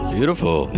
Beautiful